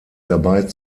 dabei